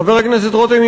חבר הכנסת רותם,